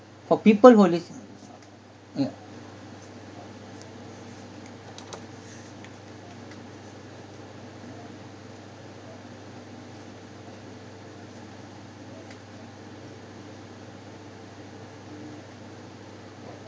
for people who is mm